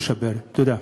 תודה.